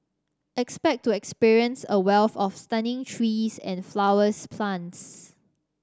expect to experience a wealth of stunning trees and flowers plants